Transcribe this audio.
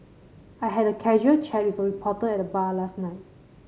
I had a casual chat with a reporter at the bar last night